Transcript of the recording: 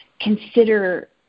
consider